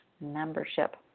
membership